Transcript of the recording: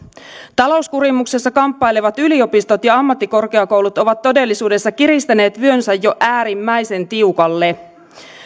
talouskurimuksessa kamppailevat yliopistot ja ammattikorkeakoulut ovat todellisuudessa kiristäneet vyönsä jo äärimmäisen tiukalle